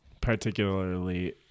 Particularly